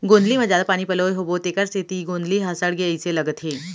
गोंदली म जादा पानी पलोए होबो तेकर सेती गोंदली ह सड़गे अइसे लगथे